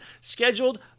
scheduled